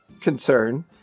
concern